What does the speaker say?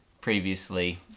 previously